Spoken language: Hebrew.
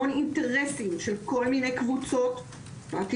המון אינטרסים של כל מיני קבוצות פרטיות,